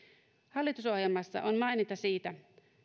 hallitusohjelmassa on maininta siitä